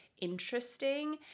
interesting